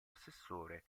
assessore